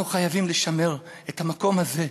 אנחנו חייבים לשמר את המקום הזה,